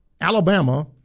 Alabama